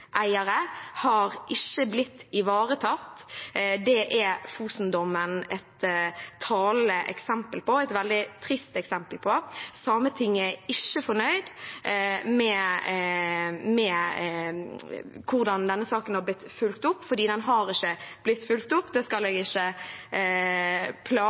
ikke ivaretatt. Det er Fosen-dommen et talende eksempel på – et veldig trist eksempel på. Sametinget er ikke fornøyd med hvordan denne saken er blitt fulgt opp, for den er ikke blitt fulgt opp. Det skal jeg